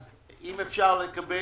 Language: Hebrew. אם אפשר לקבל